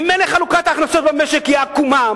ממילא חלוקת ההכנסות במשק היא עקומה,